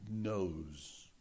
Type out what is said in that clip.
knows